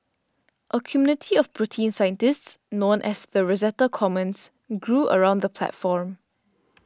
a community of protein scientists known as the Rosetta Commons grew around the platform